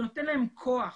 זה נותן להם כוח,